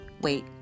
Wait